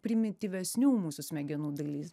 primityvesnių mūsų smegenų dalys